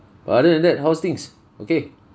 but other than that how's things okay